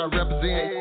represent